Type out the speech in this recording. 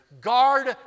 Guard